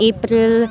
April